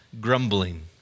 grumbling